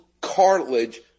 cartilage